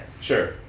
Sure